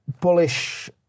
bullish